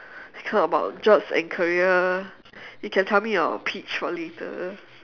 we talk about jobs and career you can tell me your pitch for later